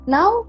Now